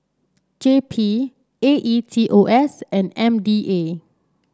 J P A E T O S and M D A